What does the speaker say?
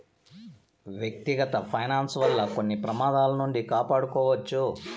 వ్యక్తిగత ఫైనాన్స్ వల్ల కొన్ని ప్రమాదాల నుండి కాపాడుకోవచ్చు